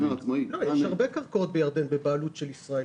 הרבה קרקעות בירדן בבעלות של ישראלים.